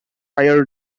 higher